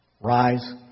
Rise